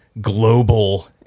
global